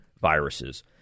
viruses